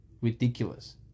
ridiculous